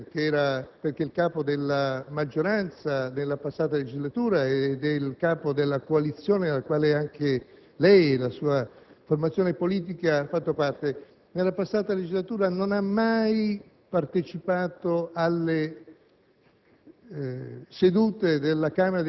Presidente Matteoli, il presidente Berlusconi - cito il presidente Berlusconi perché era il capo della maggioranza nella passata legislatura ed è il capo della coalizione della quale anche lei e la sua formazione politica fate parte - nella passata legislatura non ha mai